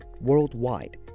Worldwide